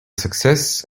success